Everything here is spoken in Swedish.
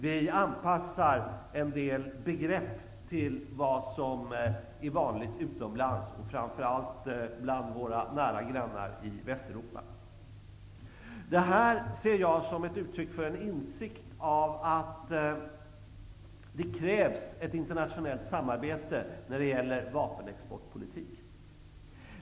Vi anpassar en del begrepp till vad som är vanligt utomlands och framför allt bland våra nära grannar i Västeuropa. Det ser jag som uttryck för en insikt om att det krävs ett internationellt samarbete när det gäller vapenexportspolitik.